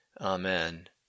Amen